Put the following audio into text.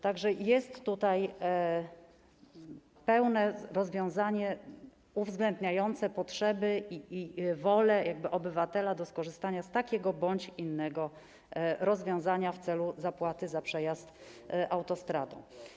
Tak że jest tutaj pełne rozwiązanie, uwzględniające potrzeby i wolę obywatela co do skorzystania z takiego bądź innego rozwiązania w celu zapłaty za przejazd autostradą.